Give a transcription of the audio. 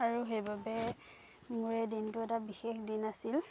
আৰু সেইবাবে মোৰ এই দিনটো এটা বিশেষ দিন আছিল